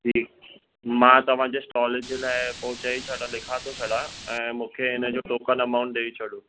ठीकु मां तव्हांजे स्टॉल जे लाइ पोइ चई छॾिया लिखा थो छॾिया ऐं मूंखे हिनजो टोकन अमाउंट ॾेई छॾियो